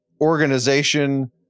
organization